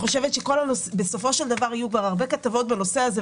היו כבר הרבה כתבות בנושא הזה.